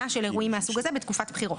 של אירועים מהסוג הזה בתקופת בחירות.